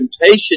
Temptation